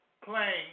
playing